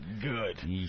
good